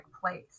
place